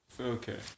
Okay